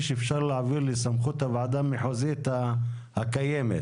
אפשר להעביר לסמכות הוועדה המחוזית הקיימת.